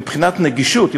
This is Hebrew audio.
מבחינת נגישות,